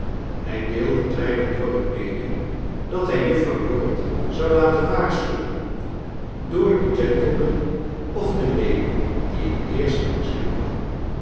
hij deelde kleine dorrit mede dat hij juffrouw dorrit zou laten waarschuwen door den gentleman of de lady die het eerst langs hem kwam